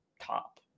top